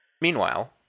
Meanwhile